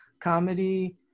comedy